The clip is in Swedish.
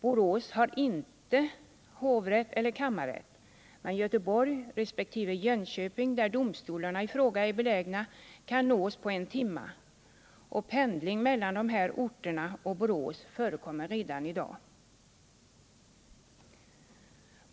Borås har inte hovrätt eller kammarätt, men Göteborg resp. Jönköping, Nr 55 där domstolarna i fråga är belägna, kan nås på en timme, och pendling mellan dessa orter och Borås förekommer redan i dag.